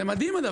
זה מדהים.